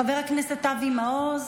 חבר הכנסת אבי מעוז,